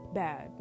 bad